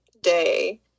day